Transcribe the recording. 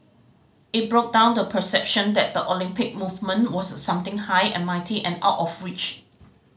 it broke down the perception that the Olympic movement was something high and mighty and out of reach